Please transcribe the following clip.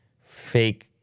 fake